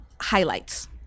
highlights